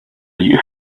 you